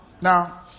Now